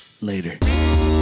later